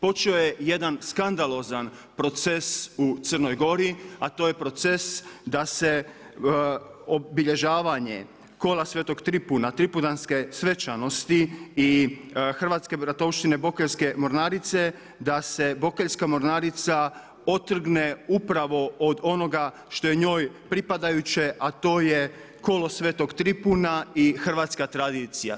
Počeo je jedan skandalozan proces u Crnoj Gori, a to je proces da se obilježavanje kola svetog Tripuna, Tripundanske svečanosti i Hrvatske bratovštine Bokeljske mornarice, da se Bokeljska mornarica otrgne upravo od onoga što je njoj pripadajuće, a to je kolo svetog Tripuna i hrvatska tradicija.